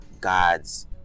God's